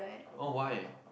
oh why